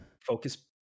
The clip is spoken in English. focus